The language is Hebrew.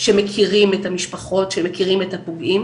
שמכירים את המשפחות, שמכירים את הפוגעים